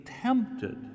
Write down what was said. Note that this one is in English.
tempted